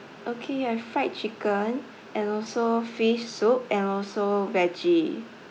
okay you have fried chicken and also fish soup and also veggie